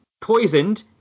poisoned